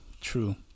True